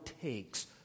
takes